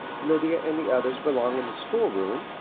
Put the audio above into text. lydia and the others belong in the schoolroom,